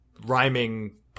rhyming